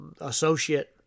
associate